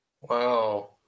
Wow